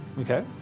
Okay